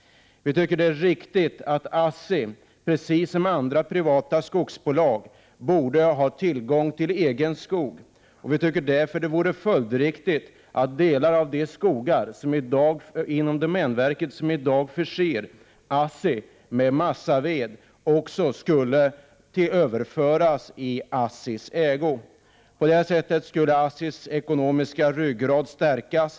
Vi tycker att ASSI, precis som andra, privata skogsbolag borde ha tillgång till egen skog. Därför vore det följdriktigt att delar av de skogar som ägs av domänverket som i dag förser ASSI med massaved också överförs i ASSI:s ägo. På det sättet skulle ASSI:s ekonomiska ryggrad stärkas.